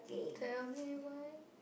tell me why